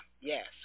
Yes